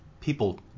people